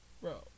Bro